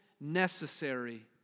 necessary